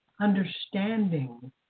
understanding